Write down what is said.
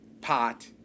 pot